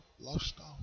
lifestyle